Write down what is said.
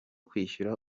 kwishyura